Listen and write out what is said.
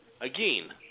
Again